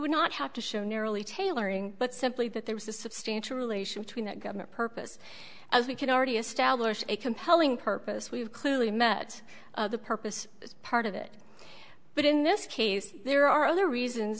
would not have to show nearly tailoring but simply that there was a substantial relation between that government purpose as we can already establish a compelling purpose we've clearly met the purpose as part of it but in this case there are other reasons